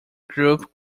group